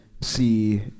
see